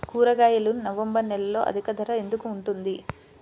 కూరగాయలు నవంబర్ నెలలో అధిక ధర ఎందుకు ఉంటుంది?